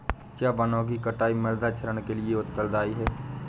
क्या वनों की कटाई मृदा क्षरण के लिए उत्तरदायी है?